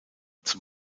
zum